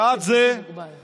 עד זה